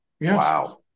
wow